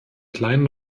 kleinen